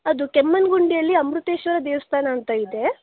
ಅದು ಕೆಮ್ಮಣ್ಣುಗುಂಡಿಯಲ್ಲಿ ಅಮೃತೇಶ್ವರ ದೇವಸ್ಥಾನ ಅಂತ ಇದೆ